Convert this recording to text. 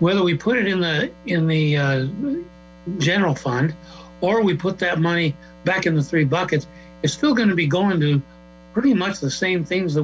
whether we put it in the in the general fund or we put that money back in the three buckets we're still going to be going to pretty much the same things